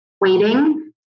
waiting